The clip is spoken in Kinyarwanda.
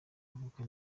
avuka